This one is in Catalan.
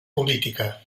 política